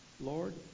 Lord